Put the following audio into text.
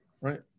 right